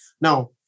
now